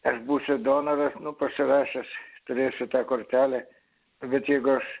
aš būsiu donoras nu pasirašęs turėsiu tą kortelę bet jeigu aš